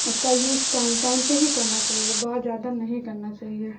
उसका use time time पर ही करना चहिए बहुत ज़्यादा नहीं करना चाहिए